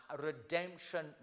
redemption